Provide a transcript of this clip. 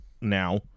now